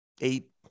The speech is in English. eight